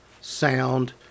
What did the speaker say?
sound